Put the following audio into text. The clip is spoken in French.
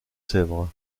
sèvres